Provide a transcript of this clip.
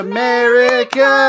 America